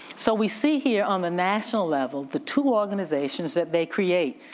so we see here on the national level, the two organizations that they create.